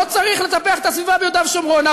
לא צריך לטפח את הסביבה ביהודה ושומרון.